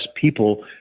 people